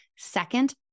Second